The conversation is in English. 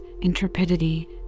intrepidity